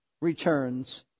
returns